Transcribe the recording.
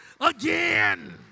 again